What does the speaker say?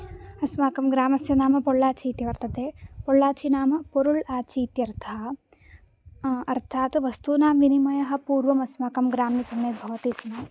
अस्माकं ग्रामस्य नाम पोळ्ळाचि इति वर्तते पोळ्ळाचि नाम पिरुल् आचि इत्यर्थः अर्थात् वस्तूनां विनिमयः पूर्वं अस्माकं ग्रामे सम्यक् भवति स्म